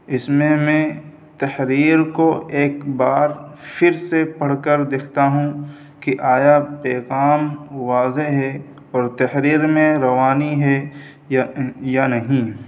اس میں میں تحریر کو ایک بار پھر سے پڑھ کر دیکھتا ہوں کہ آیا پیغام واضح ہے اور تحریر میں روانی ہے یا یا نہیں